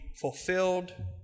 fulfilled